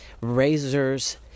razor's